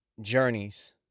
journeys